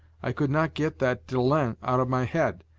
i could not get that dalens out of my head,